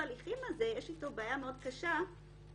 יש בעיה מאוד קשה עם עיכוב ההליכים הזה,